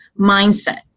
mindset